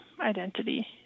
identity